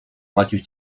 maciuś